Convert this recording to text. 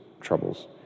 troubles